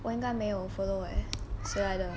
我应该没有 follow leh 谁来的